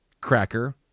cracker